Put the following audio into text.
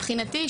מבחינתי,